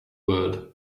world